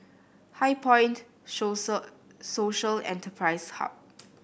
HighPoint Social Enterprise Hub